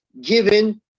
given